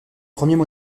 premiers